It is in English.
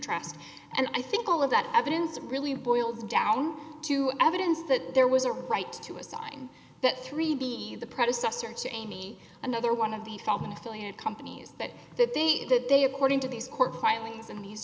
interest and i think all of that evidence really boils down to evidence that there was a right to a sign that three d the predecessor cheney another one of the from an affiliate companies that that they that they according to these court filings and these